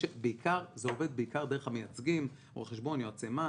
זה עובד בעיקר דרך המייצגים, רואי-חשבון, יועצי מס